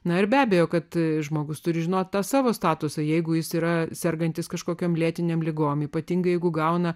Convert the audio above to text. na ir be abejo kad žmogus turi žinoti savo statusą jeigu jis yra sergantis kažkokiom lėtinėm ligom ypatingai jeigu gauna